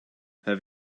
have